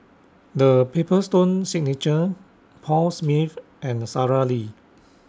The Paper Stone Signature Paul Smith and Sara Lee